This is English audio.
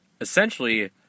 essentially